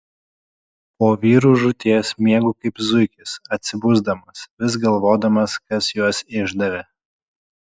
po vyrų žūties miegu kaip zuikis atsibusdamas vis galvodamas kas juos išdavė